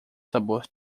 sabor